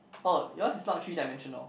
oh yours is not three dimensional